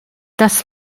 das